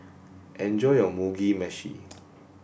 enjoy your Mugi Meshi